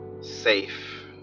safe